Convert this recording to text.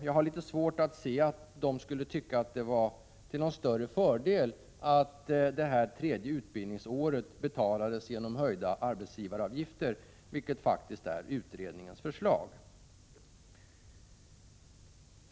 Jag har litet svårt att se att de skulle tycka att det var till någon större fördel att det tredje utbildningsåret betalades genom höjda arbetsgivaravgifter, vilket faktiskt är utredningens förslag.